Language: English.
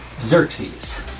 Xerxes